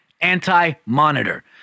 anti-monitor